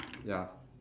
ya